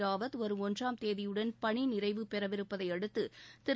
ராவத் வரும் ஒன்றாம் தேதியுடன் பணிநிறைவு பெறவிருப்பதை அடுத்து திரு